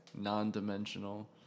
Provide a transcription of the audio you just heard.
non-dimensional